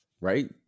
right